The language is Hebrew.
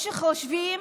או חושבים